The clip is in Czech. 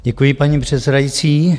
Děkuji, paní předsedající.